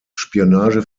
spionage